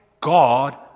God